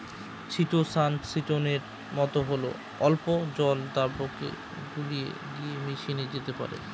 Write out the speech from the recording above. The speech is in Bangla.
চিটোসান চিটোনের মতো হলেও অম্ল জল দ্রাবকে গুলে গিয়ে মিশে যেতে পারে